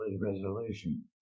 resolution